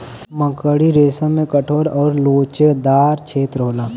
मकड़ी रेसम में कठोर आउर लोचदार छेत्र होला